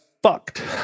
Fucked